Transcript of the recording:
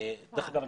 דרך אגב,